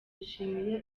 yishimiye